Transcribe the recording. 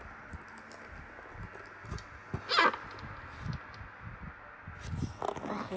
okay